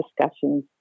discussions